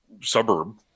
suburb